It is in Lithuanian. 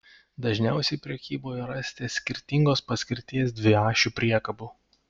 dažniausiai prekyboje rasite skirtingos paskirties dviašių priekabų